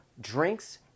drinks